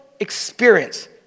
experience